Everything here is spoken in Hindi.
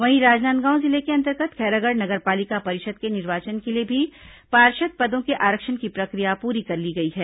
वहीं राजनांदगांव जिले के अंतर्गत खैरागढ़ नगर पालिका परिषद के निर्वाचन के लिए भी पार्षद पदों के आरक्षण की प्रक्रिया पूरी कर ली गई है